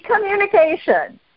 communication